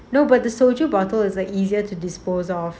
no but the soldier bottle is a easier to dispose of